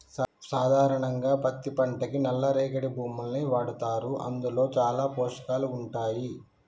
సాధారణంగా పత్తి పంటకి నల్ల రేగడి భూముల్ని వాడతారు అందులో చాలా పోషకాలు ఉంటాయి